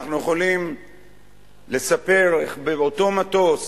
אנחנו יכולים לספר איך אותו מטוס